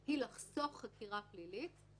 היא לחסוך חקירה פלילית,